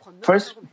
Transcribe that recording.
First